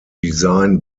design